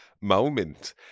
moment